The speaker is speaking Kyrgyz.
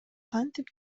кантип